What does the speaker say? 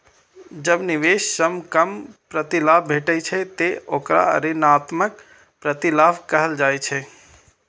जब निवेश सं कम प्रतिलाभ भेटै छै, ते ओकरा ऋणात्मक प्रतिलाभ कहल जाइ छै